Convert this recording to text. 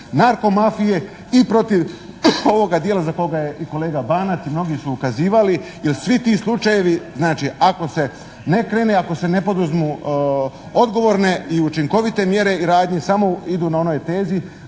narkomafije i protiv ovoga dijela za koga je i kolega Banac i mnogi su ukazivali jer svi ti slučajevi, znači ako se ne krene, ako se ne poduzmu odgovorne i učinkovite mjere i radnje samo idu na onoj tezi